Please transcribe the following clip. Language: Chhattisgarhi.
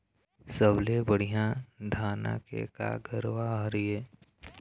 सबले बढ़िया धाना के का गरवा हर ये?